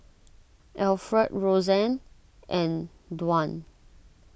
Alfred Roseanne and Dwan